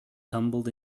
tumbled